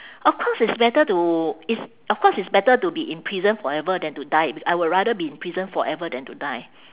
of course it's better to it's of course it's better to be in prison forever than to die b~ I would rather be in prison forever than to die